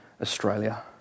Australia